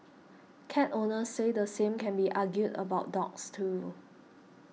cat owners say the same can be argued about dogs too